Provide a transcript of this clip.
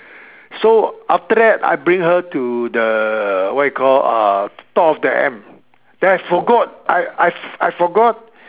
so after that I bring her to the what you call uh Top of the M then I forgot I I I forgot